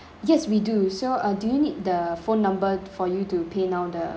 yes we do so uh do you need the phone number for you to pay now the